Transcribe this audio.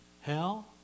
hell